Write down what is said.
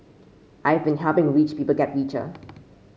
I'd been helping rich people get richer